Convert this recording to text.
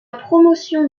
promotion